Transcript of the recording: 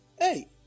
Hey